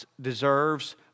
deserves